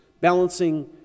balancing